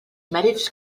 mèrits